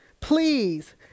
please